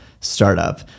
startup